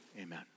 Amen